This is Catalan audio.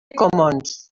commons